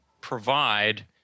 provide